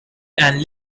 and